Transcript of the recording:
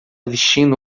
vestindo